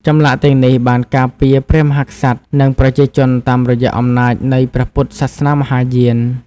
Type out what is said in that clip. ចម្លាក់ទាំងនេះបានការពារព្រះមហាក្សត្រ និងប្រជាជនតាមរយៈអំណាចនៃព្រះពុទ្ធសាសនាមហាយាន។